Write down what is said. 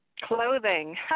Clothing